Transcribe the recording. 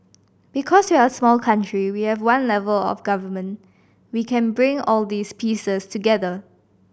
because we're a small country we have one level of Government we can bring all these pieces together